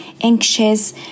anxious